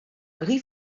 gris